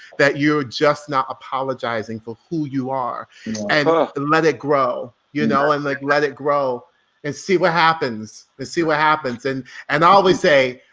that you're just not apologizing for who you are and let it grow, you know, and like let it grow and see what happens and see what happens. and i always say,